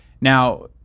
Now